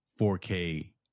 4k